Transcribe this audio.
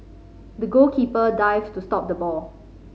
the goalkeeper dived to stop the ball